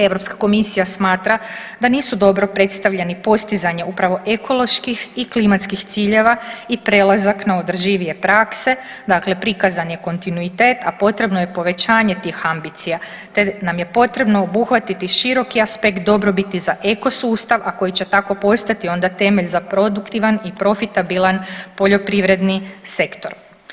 Europska komisija smatra da nisu dobro predstavljeni postizanje upravo ekoloških i klimatskih ciljeva i prelazak na održivije prakse, dakle prikazan je kontinuitet, a potrebno je povećanje tih ambicija te nam je potrebno obuhvatiti široki aspekt dobrobiti za ekosustav, a koji će tako postati onda temelj za produktivan i profitabilan poljoprivredni sektor.